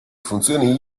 funzioni